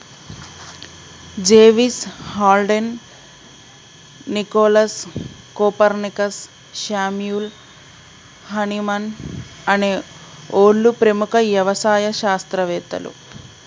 జెవిస్, Haldane, Nicholas, Copernicus, Samuel Hahnemann అనే ఓళ్ళు ప్రముఖ యవసాయ శాస్త్రవేతలు